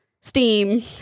steam